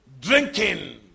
drinking